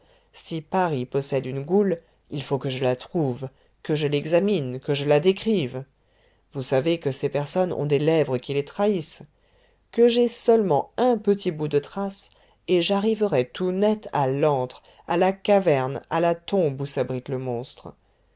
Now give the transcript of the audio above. si paris possède une goule il faut que je la trouve que je l'examine que je la décrive vous savez que ces personnes ont des lèvres qui les trahissent que j'aie seulement un petit bout de trace et j'arriverai tout net à l'antre à la caverne à la tombe où s'abrite le monstre